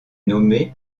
nommée